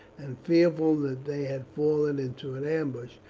and fearful that they had fallen into an ambush,